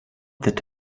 that